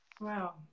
Wow